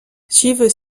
suivent